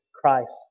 Christ